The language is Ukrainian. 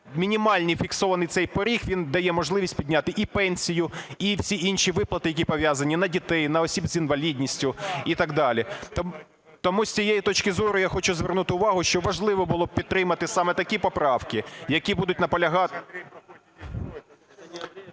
мінімальний фіксований цей поріг, він дає можливість підняти і пенсію, і всі інші виплати, які пов'язані: на дітей, на осіб з інвалідністю і так далі. Тому з цієї точки зору я хочу звернути увагу, що важливо було б підтримати саме такі поправки, які будуть…